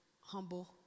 humble